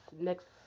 next